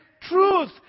truth